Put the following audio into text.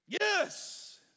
Yes